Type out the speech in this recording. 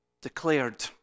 declared